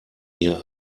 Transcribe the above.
ihr